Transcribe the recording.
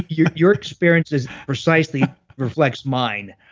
your your experiences precisely reflects mine.